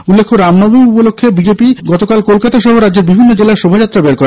উল্লেখ্য রামনবমী উপলক্ষ্যে বিজেপি কলকাতা সহ রাজ্যের বিভিন্ন জেলায় শোভাযাত্রা বের করে